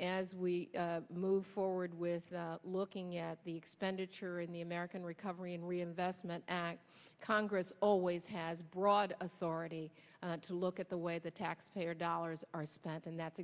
as we move forward with looking at the expenditure in the american recovery and reinvestment act congress always has broad authority to look at the way the taxpayer dollars are spent and that's